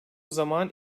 zaman